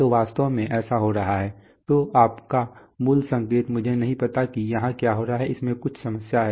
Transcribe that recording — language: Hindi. तो वास्तव में ऐसा हो रहा है तो आपका मूल संकेत मुझे नहीं पता कि यहाँ क्या हो रहा है इसमें कुछ समस्या है